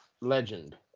Legend